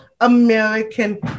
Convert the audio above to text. American